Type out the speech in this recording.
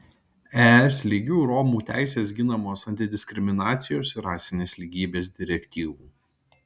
es lygiu romų teisės ginamos antidiskriminacijos ir rasinės lygybės direktyvų